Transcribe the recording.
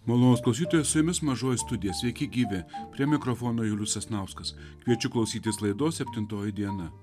malonūs klausytojai su jumis mažoji studija sveiki gyvi prie mikrofono julius sasnauskas kviečiu klausytis laidos septintoji diena